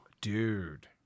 Dude